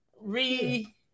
re